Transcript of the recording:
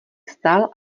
vstal